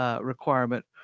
requirement